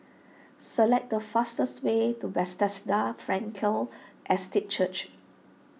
select the fastest way to Bethesda Frankel Estate Church